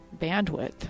bandwidth